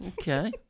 Okay